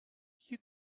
you